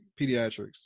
pediatrics